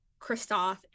Kristoff